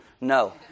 no